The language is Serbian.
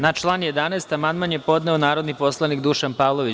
Na član 11. amandman je podneo narodni poslanik Dušan Pavlović.